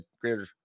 greater